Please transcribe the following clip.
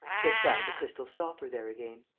she had found the crystal stopper there again.